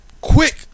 quick